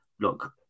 Look